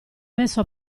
messo